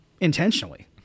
intentionally